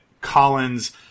Collins